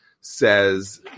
says